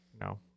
No